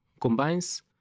combines